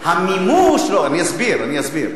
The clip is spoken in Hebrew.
אני אסביר: